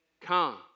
come